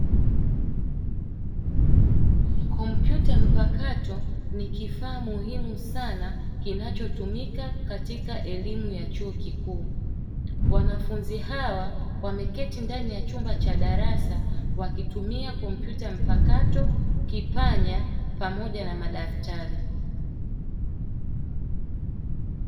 Kompyuta mpakato ni kifaa muhimu sana kinachotumika katika elimu ya chuo kikuu, wanafunzi hawa wameketi ndani ya chumba cha darasa wakitumia kompyuta mpakato, kipanya pamoja na madaftari.